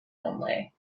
only